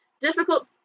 Difficult